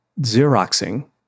xeroxing